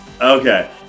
Okay